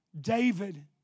David